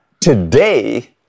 today